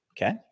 Okay